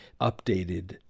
updated